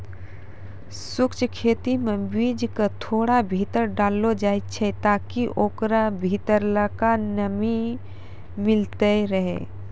शुष्क खेती मे बीज क थोड़ा भीतर डाललो जाय छै ताकि ओकरा भीतरलका नमी मिलतै रहे